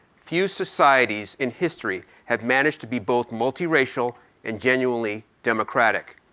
few societies in history have managed to be both multi-racial and genuinely democratic.